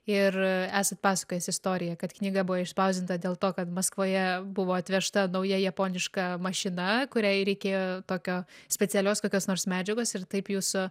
ir esat pasakojęs istoriją kad knyga buvo išspausdinta dėl to kad maskvoje buvo atvežta nauja japoniška mašina kuriai reikėjo tokio specialios kokios nors medžiagos ir taip jūsų